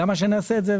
למה שנעשה זאת?